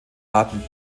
arten